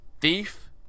Thief